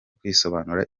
kwisobanura